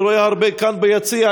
אני רואה הרבה כאן ביציע,